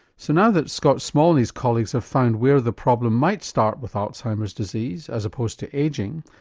so now that scott small and his colleagues have found where the problem might start with alzheimer's disease as opposed to ageing,